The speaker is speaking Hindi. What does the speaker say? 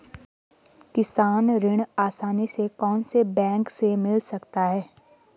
किसान ऋण आसानी से कौनसे बैंक से मिल सकता है?